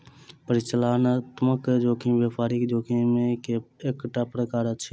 परिचालनात्मक जोखिम व्यापारिक जोखिम के एकटा प्रकार अछि